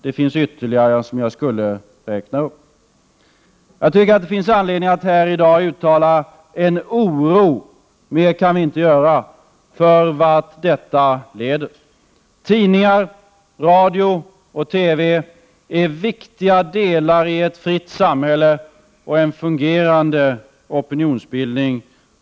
Jag skulle kunna räkna upp ytterligare några. Jag tycker att det finns all anledning att här i dag uttala en oro — mer kan vi inte göra — för vart detta leder. Tidningar, radio och TV är viktiga delar i ett fritt samhälle och en fungerande opinionsbildning.